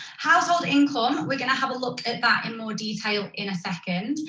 household income, we're going to have a look at that in more detail in a second.